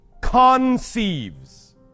conceives